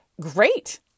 great